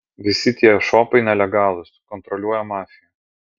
visi tie šopai nelegalūs kontroliuoja mafija